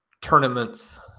tournaments